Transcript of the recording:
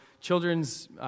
children's